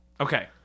Okay